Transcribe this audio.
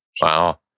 Wow